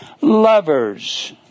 lovers